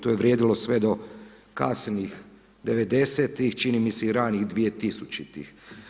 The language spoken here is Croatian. To je vrijedilo sve do kasnih 90-ih, čini mi se i ranijih 2000-ih.